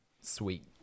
sweet